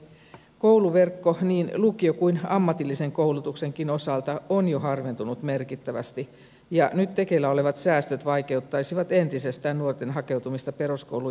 kouluverkko niin lukio kuin ammatillisen koulutuksenkin osalta on jo harventunut merkittävästi ja nyt tekeillä olevat säästöt vaikeuttaisivat entisestään nuorten hakeutumista peruskoulun jälkeisiin opintoihin